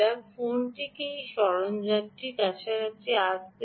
ফোনটিকে এই সরঞ্জামের কাছাকাছি আসতে দিন